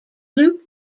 loop